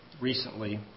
recently